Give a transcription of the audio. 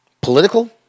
political